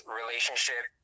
relationship